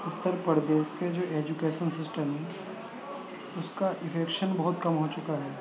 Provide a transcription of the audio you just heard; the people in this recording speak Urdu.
اتّر پردیش کے جو ایجوکیسن سسٹم ہیں اس کا افیکشن بہت کم ہو چکا ہے